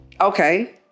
Okay